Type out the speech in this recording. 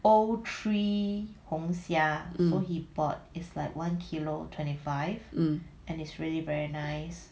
um